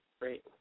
Great